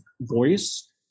voice